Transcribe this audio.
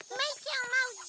so make yeah elmo